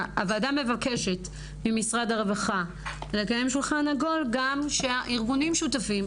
הוועדה מבקשת ממשרד הרווחה לקיים שולחן עגול שגם הארגונים שותפים.